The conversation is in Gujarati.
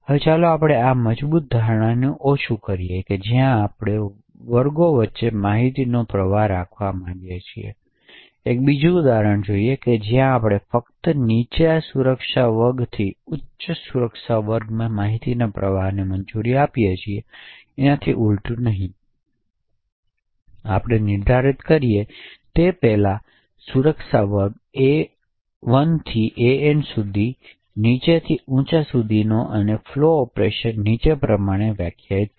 હવે ચાલો આપણે આ મજબૂત ધારણાને ઓછું કરીએ જ્યાં આપણે વર્ગો વચ્ચે માહિતીનો પ્રવાહ રાખવા માંગતા નથી આપણે એક બીજું ઉદાહરણ જોશું જ્યાં આપણે ફક્ત નીચા સુરક્ષા વર્ગથી ઉચ્ચ સુરક્ષા વર્ગમાં માહિતીના પ્રવાહને મંજૂરી આપીએ છીએ તેનાથી ઉલટું નહીં જેથી આપણે નિર્ધારિત કરીએ તે પહેલાં સુરક્ષા વર્ગ A1 થી AN સુધી નીચાથી ઉચા સુધીના અને ફ્લો ઓપરેશનને નીચે પ્રમાણે વ્યાખ્યાયિત કરી